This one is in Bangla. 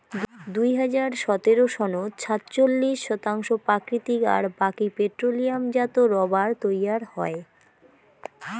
দুই হাজার সতের সনত সাতচল্লিশ শতাংশ প্রাকৃতিক আর বাকি পেট্রোলিয়ামজাত রবার তৈয়ার হয়